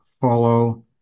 follow